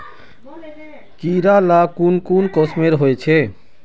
कीड़ा ला कुन कुन किस्मेर होचए?